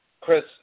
Chris